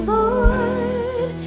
Lord